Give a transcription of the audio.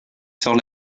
sort